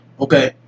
Okay